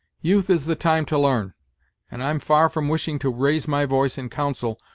youth is the time to l'arn and i'm far from wishing to raise my voice in counsel,